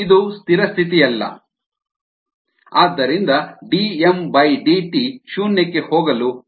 ಇದು ಸ್ಥಿರ ಸ್ಥಿತಿಯಲ್ಲ ಆದ್ದರಿಂದ ddt ಶೂನ್ಯಕ್ಕೆ ಹೋಗಲು ಸಾಧ್ಯವಿಲ್ಲ